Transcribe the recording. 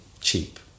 cheap